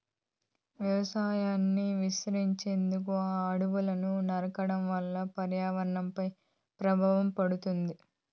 వ్యవసాయాన్ని విస్తరించేందుకు అడవులను నరకడం వల్ల పర్యావరణంపై ప్రభావం పడుతాది